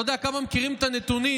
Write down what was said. לא יודע כמה מכירים את הנתונים,